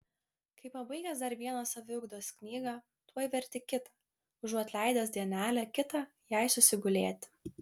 kai pabaigęs dar vieną saviugdos knygą tuoj verti kitą užuot leidęs dienelę kitą jai susigulėti